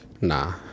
Nah